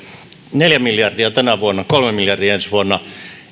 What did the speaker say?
neljä miljardia tänä vuonna kolme miljardia ensi vuonna